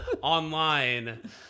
online